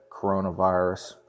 coronavirus